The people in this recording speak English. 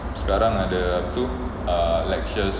sekarang ada apa tu uh lectures